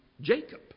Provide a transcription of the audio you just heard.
Jacob